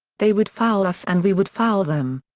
they would foul us and we would foul them.